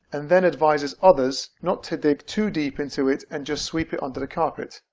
and then advises others not to dig too deep into it and just sweep it under the carpet.